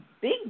big